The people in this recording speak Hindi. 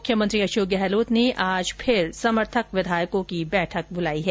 मुख्यमंत्री अशोक गहलोत ने आज फिर समर्थक विधायकों की बैठक बुलाई है